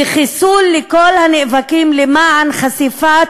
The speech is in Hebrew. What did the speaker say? היא חיסול של כל הנאבקים למען חשיפת,